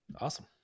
Awesome